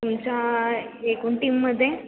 तुमच्या एकूण टीममध्ये